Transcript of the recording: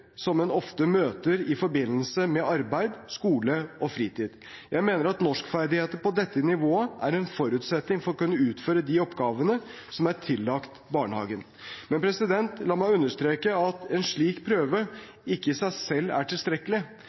som en ofte møter i forbindelse med arbeid, skole og fritid. Jeg mener at norskferdigheter på dette nivået er en forutsetning for å kunne utføre de oppgavene som er tillagt barnehagen, men la meg understreke at en slik prøve ikke i seg selv er tilstrekkelig.